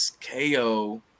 KO